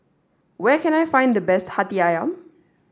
where can I find the best Hati Ayam